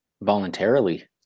Voluntarily